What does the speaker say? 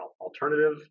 alternative